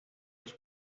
los